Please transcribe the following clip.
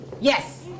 Yes